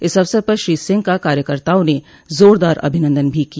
इस अवसर पर श्री सिंह का कार्यकर्ताओं ने जोरदार अभिनन्दन भी किया